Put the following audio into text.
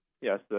Yes